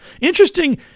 Interesting